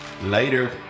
Later